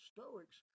Stoics